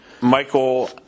Michael